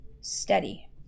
steady